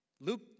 Luke